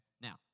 Now